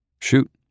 Shoot